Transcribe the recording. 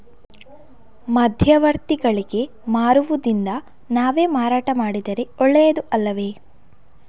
ಮಧ್ಯವರ್ತಿಗಳಿಗೆ ಮಾರುವುದಿಂದ ನಾವೇ ಮಾರಾಟ ಮಾಡಿದರೆ ಒಳ್ಳೆಯದು ಅಲ್ಲವೇ?